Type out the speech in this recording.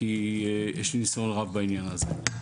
כי יש לי ניסיון רב בעניין הזה.